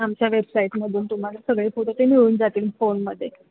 आमच्या वेबसाईटमधून तुम्हाला सगळे फोटो ते मिळून जातील फोनमध्ये